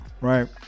right